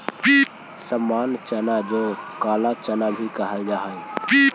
सामान्य चना जो काला चना भी कहल जा हई